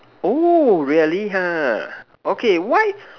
oh really ha okay why